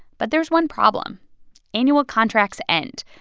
but there's one problem annual contracts end.